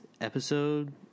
episode